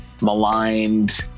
maligned